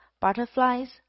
butterflies